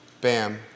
bam